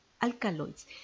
Alkaloids